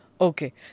Okay